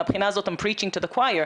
מהבחינה הזאת im preaching to the choir,